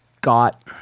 got